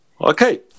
Okay